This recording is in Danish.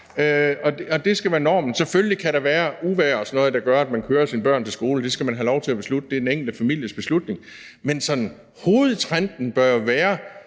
Det skal være normen. Selvfølgelig kan der være uvejr og sådan noget, der gør, at man kører sine børn til skole. Det skal man have lov til at beslutte; det er den enkelte families beslutning. Men hovedtrenden bør jo være,